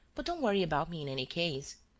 but don't worry about me, in any case.